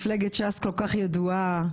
שמפלגת ש"ס כל כך ידועה בה?